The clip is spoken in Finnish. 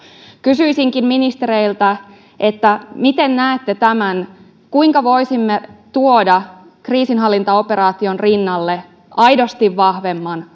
kysyisinkin ministereiltä miten näette tämän kuinka voisimme tuoda kriisinhallintaoperaation rinnalle aidosti vahvemman